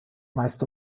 meist